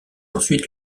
ensuite